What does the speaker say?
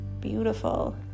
Beautiful